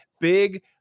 Big